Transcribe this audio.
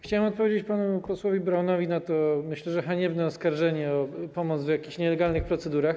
Chciałem odpowiedzieć panu posłowi Braunowi na to, myślę, haniebne oskarżenie o pomoc w jakimś nielegalnym procederze.